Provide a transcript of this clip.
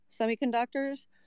semiconductors